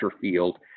field